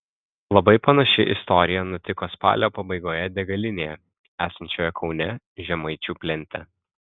labai panaši istorija nutiko spalio pabaigoje degalinėje esančioje kaune žemaičių plente